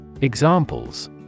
Examples